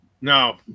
No